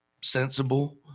sensible